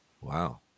Wow